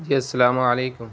جی السلام علیکم